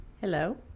Hello